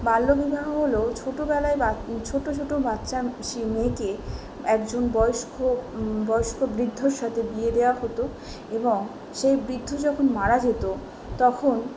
বাল্য বিবাহ হলো ছোটোবেলায় বা ছোটো ছোটো বাচ্চা শি মেয়েকে একজন বয়স্ক বয়স্ক বৃদ্ধর সাথে বিয়ে দেওয়া হতো এবং সেই বৃদ্ধ যখন মারা যেতো তখন